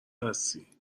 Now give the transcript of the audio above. هستی